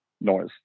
noise